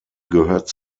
gehört